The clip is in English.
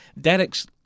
Derek's